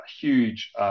huge